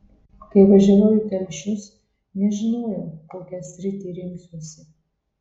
kai važiavau į telšius nežinojau kokią sritį rinksiuosi